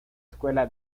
escuela